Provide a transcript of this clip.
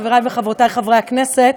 חברי וחברותי חברי הכנסת,